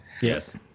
Yes